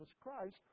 Christ